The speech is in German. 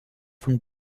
von